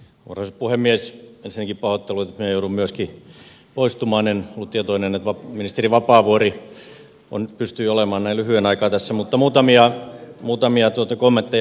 ensinnäkin pahoittelut että minä joudun myöskin poistumaan ja ministeri vapaavuori pystyi olemaan näin lyhyen aikaa tässä mutta muutamia kommentteja